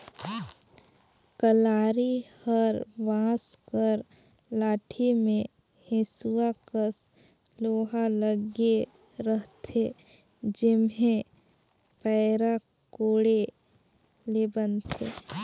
कलारी हर बांस कर लाठी मे हेसुवा कस लोहा लगे रहथे जेम्हे पैरा कोड़े ले बनथे